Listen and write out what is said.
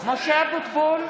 קולות